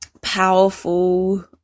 powerful